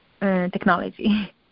technology